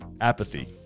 apathy